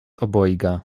obojga